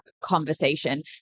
conversation